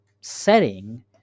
setting